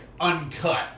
uncut